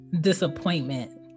disappointment